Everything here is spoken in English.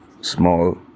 small